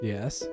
Yes